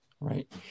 right